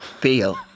feel